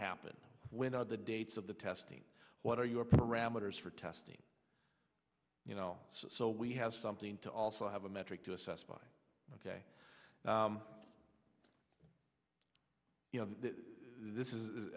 happen without the dates of the testing what are your parameters for testing you know so we have something to also have a metric to assess by ok you know this is